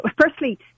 Firstly